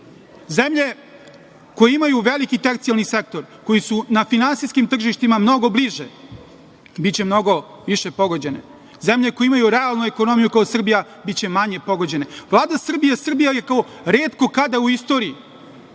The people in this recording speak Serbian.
Zemlje koje imaju veliki tercijalni sektor, koje su na finansijskim tržištima mnogo bliže, biće mnogo više pogođene. Zemlje koje imaju realnu ekonomiju, kao Srbija, biće manje pogođene. Vlada Srbije, Srbija je kao retko kada u istoriji